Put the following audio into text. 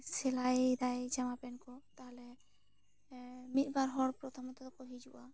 ᱥᱮᱞᱟᱭ ᱮᱫᱟᱭ ᱡᱟᱢᱟ ᱯᱮᱱ ᱠᱚ ᱛᱟᱦᱞᱮ ᱢᱤᱫ ᱵᱟᱨ ᱦᱚᱲ ᱯᱨᱚᱛᱷᱚᱢᱚᱛᱚ ᱠᱚ ᱦᱤᱡᱩᱜ ᱟ ᱟᱨ